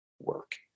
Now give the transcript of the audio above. work